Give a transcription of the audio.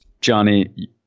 johnny